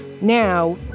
Now